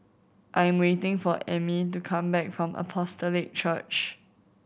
I'm waiting for Ammie to come back from Apostolic Church